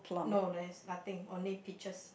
no there is nothing only peaches